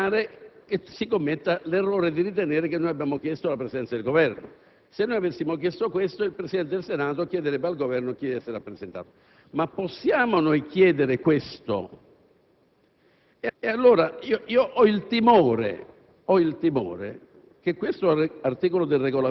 UDC - della sua assoluta volontà di dar seguito alle deliberazioni del Senato, vorrei evitare che si commetta l'errore di ritenere che noi abbiamo chiesto la presenza del Governo. Se noi avessimo chiesto questo, il Presidente del Senato chiederebbe al Governo da chi intende essere rappresentato. Ma possiamo noi chiedere questo?